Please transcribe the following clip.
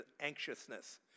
anxiousness